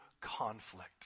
conflict